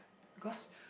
cause